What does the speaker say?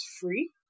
free